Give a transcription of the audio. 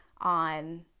on